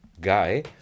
guy